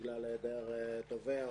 בגלל היעדר דובר,